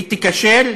והיא תיכשל.